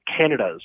Canada's